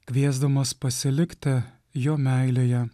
kviesdamas pasilikti jo meilėje